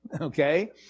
Okay